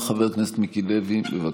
חבר הכנסת מיקי לוי, בבקשה.